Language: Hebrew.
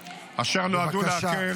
בבקשה.